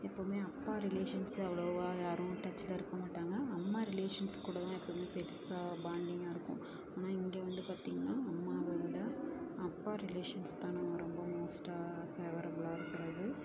எப்போதுமே அப்பா ரிலேஷன்ஸ் அவ்வளோவா யாரும் டச்சில் இருக்கற மாட்டாங்க அம்மா ரிலேஷன்ஸ் கூட தான் எப்போமே பெருசாக பாண்டிங்கா இருக்கும் ஆனால் இங்கே வந்து பார்த்திங்னா அம்மாவை விட அப்பா ரிலேஷன்ஸ் தான் நாங்கள் ரொம்ப மோஸ்ட்டாக ஃபேவரபுலாக இருக்கிறது